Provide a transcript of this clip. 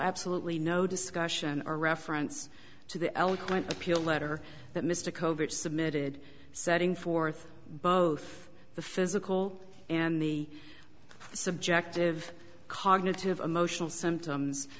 absolutely no discussion or reference to the eloquent appeal letter that mr covert submitted setting forth both the physical and the subjective cognitive emotional symptoms